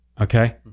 Okay